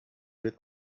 wird